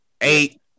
Eight